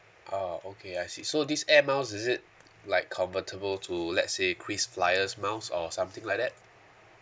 ah okay I see so this air miles is it like convertible to let's say krisflyer's miles or something like that